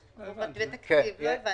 על כך שבמסגרת הגשת התקציב הבא העניין יוסדר.